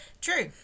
true